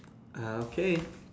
applause